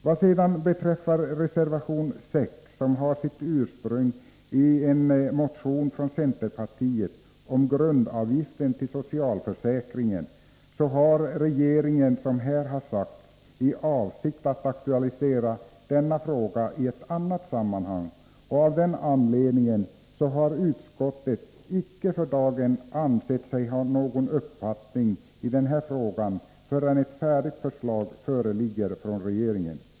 Vad sedan beträffar reservation 6, som har sitt ursprung i en motion från centerpartiet, om grundavgiften till socialförsäkringen kan sägas att regeringen har för avsikt att aktualisera denna fråga i ett annat sammanhang. Utskottet har icke velat ha någon uppfattning i frågan förrän ett färdigt förslag föreligger från regeringen.